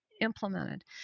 implemented